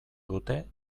dute